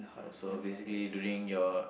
so basically during your